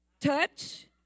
Touch